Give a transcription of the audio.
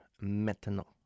maintenant